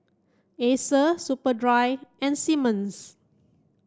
Acer Superdry and Simmons